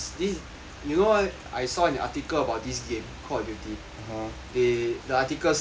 you know I saw an article about this game call of duty they the article said that